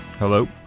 Hello